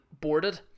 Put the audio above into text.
boarded